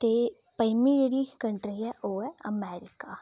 ते पञमीं जेह्ड़ी कंट्री ऐ ओह् ऐ अमरीका